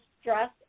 stress